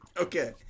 Okay